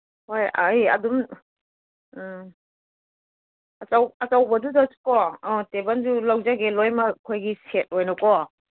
ꯍꯣꯏ ꯑꯩ ꯑꯗꯨꯝ ꯎꯝ ꯑꯆꯧꯕꯗꯨꯗꯀꯣ ꯑꯥ ꯇꯦꯕꯜꯁꯨ ꯂꯧꯖꯒꯦ ꯂꯣꯏꯃꯛ ꯑꯩꯈꯣꯏꯒꯤ ꯁꯦꯠ ꯑꯣꯏꯅꯀꯣ